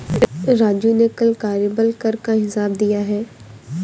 राजू ने कल कार्यबल कर का हिसाब दिया है